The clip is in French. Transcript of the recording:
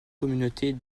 communauté